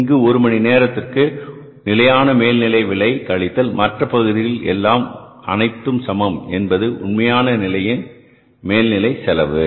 இங்கு ஒரு மணி நேரத்திற்கு நிலையான மேல்நிலை விலை கழித்தல் மற்ற பகுதிகள் எல்லாம் அனைத்தும் சமம் என்பது உண்மையான நிலையான மேல் நிலை செலவு